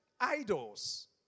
idols